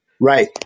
Right